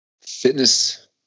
fitness